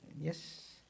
Yes